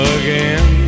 again